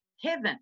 heaven